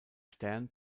stern